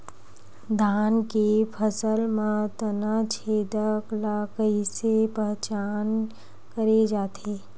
धान के फसल म तना छेदक ल कइसे पहचान करे जाथे?